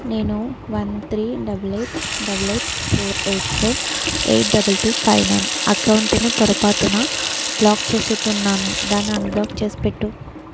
నేను one three double eight double eight four eight four eight double two five nine అకౌంటుని పొరపాటున block చేసినట్టు ఉన్నాను దాన్ని అన్బ్లాక్ చేసి పెట్టు